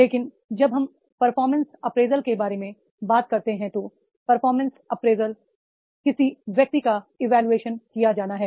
लेकिन जब हम परफॉर्मेंस अप्रेजल के बारे में बात करते हैं तो परफॉर्मेंस अप्रेजल जिसे किसी व्यक्ति का इवोल्यूशन किया जाना है